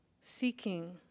seeking